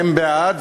הם בעד,